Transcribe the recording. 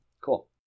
cool